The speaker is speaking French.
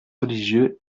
religieuse